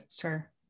sure